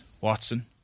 Watson